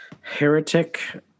heretic